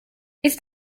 ist